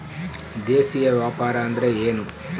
ದೇಶೇಯ ವ್ಯಾಪಾರ ಅಂದ್ರೆ ಏನ್ರಿ?